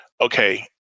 Okay